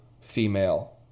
female